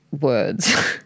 words